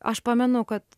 aš pamenu kad